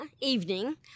evening